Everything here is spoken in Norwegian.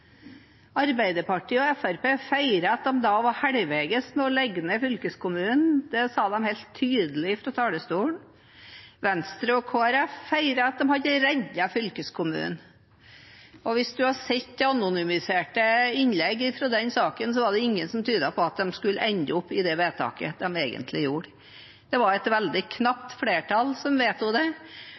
Arbeiderpartiet og Fremskrittspartiet feiret at de da var halvveis med å legge ned fylkeskommunen. Det sa de helt tydelig fra talerstolen. Venstre og Kristelig Folkeparti feiret at de hadde reddet fylkeskommunen. Hvis en hadde sett anonymiserte innlegg fra den saken, hadde en sett at ingen tydet på at en skulle ende opp med det vedtaket en gjorde. Det var et veldig knapt flertall som vedtok det,